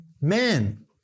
man